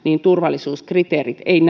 turvallisuuskriteerit eivät